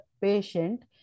patient